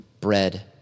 bread